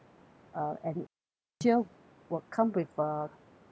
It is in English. uh and and this voucher will come with a